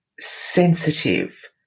sensitive